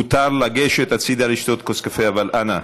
מותר לגשת הצידה לשתות כוס קפה, אבל אנא,